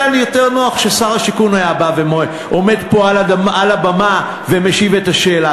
היה לי יותר נוח אם שר השיכון היה בא ועומד פה על הבמה ומשיב על השאלה,